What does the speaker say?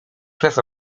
przez